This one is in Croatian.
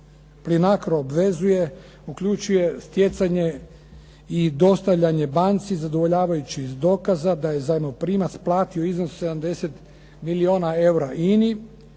Plinacro obvezuje uključuje stjecanje i dostavljanje banci zadovoljavajućih dokaza da je zajmoprimac platio iznos od 70 milijuna eura INA-i,